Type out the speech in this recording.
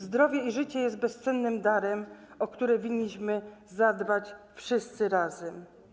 Zdrowie i życie jest bezcennym darem, o który winniśmy zadbać wszyscy razem.